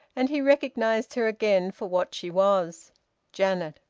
and he recognised her again for what she was janet!